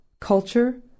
culture